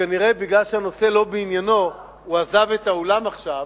שכנראה מכיוון שהנושא לא בעניינו הוא עזב את האולם עכשיו,